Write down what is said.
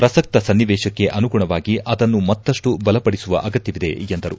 ಪ್ರಸಕ್ತ ಸನ್ನಿವೇಶಕ್ಕೆ ಅನುಗುಣವಾಗಿ ಅದನ್ನು ಮತ್ತಷ್ಟು ಬಲಪಡಿಸುವ ಅಗತ್ಯವಿದೆ ಎಂದರು